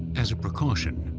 as a precaution,